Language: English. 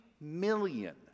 million